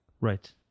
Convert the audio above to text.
Right